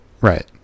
right